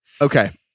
Okay